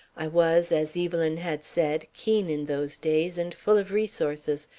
i was, as evelyn had said, keen in those days and full of resources,